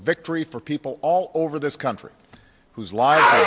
victory for people all over this country whose life